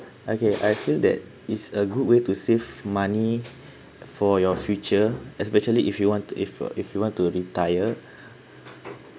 okay I feel that is a good way to save money for your future especially if you want to if uh if you want to retire